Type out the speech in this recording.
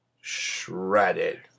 Shredded